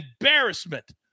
embarrassment